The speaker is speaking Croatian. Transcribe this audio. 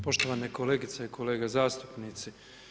Poštovane kolegice i kolege zastupnici.